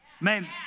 man